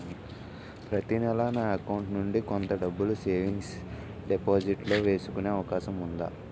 ప్రతి నెల నా అకౌంట్ నుండి కొంత డబ్బులు సేవింగ్స్ డెపోసిట్ లో వేసుకునే అవకాశం ఉందా?